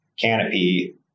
canopy